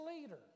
leader